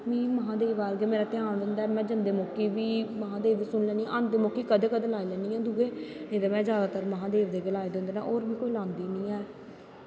में महांदेव अल्ल ध्यान होंदा ऐ में जंदे मौके बूी महांदेव दे सुनू लैंनी आंदे मौके कदैं कदैं लाई लैन्नी आं दुए नें तां में जादातर महांदेव दे गै जाए दे होंदा ऐं होर में लांदी नी ऐं